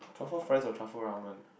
truffle fries or truffle ramen